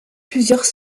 plusieurs